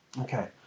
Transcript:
Okay